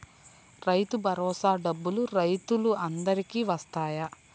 రైతు భరోసా డబ్బులు రైతులు అందరికి వస్తాయా?